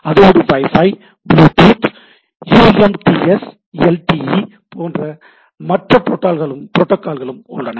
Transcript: அதோடு wifi Bluetooth UMTS LTE என்ற மற்ற புரோட்டோகால்களும் உள்ளன